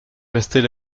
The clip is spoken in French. restait